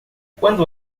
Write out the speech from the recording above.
quando